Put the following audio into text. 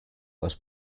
was